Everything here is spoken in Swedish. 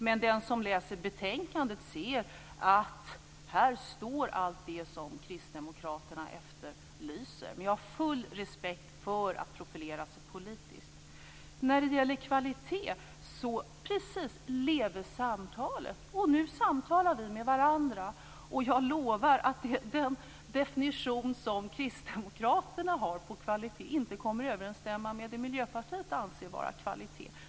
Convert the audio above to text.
Men den som läser betänkandet ser att här står allt det som Kristdemokraterna efterlyser. Jag har full respekt för att profilera sig politiskt. Men i fråga om kvalitet gäller precis "Leve samtalet!". Nu samtalar vi med varandra. Jag lovar att den definition som Kristdemokraterna har på kvalitet inte kommer att överensstämma med det Miljöpartiet anser vara kvalitet.